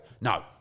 no